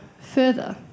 further